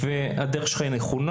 והדרך שלך היא נכונה.